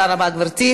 תודה רבה, גברתי.